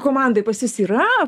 komandoj pas jus yra